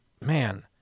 man